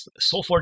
Soulforge